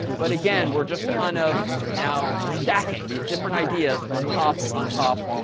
but again, we're just kind of now stacking these different ideas on top, on top,